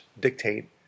dictate